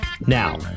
Now